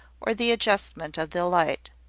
or the adjustment of the light.